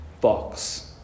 box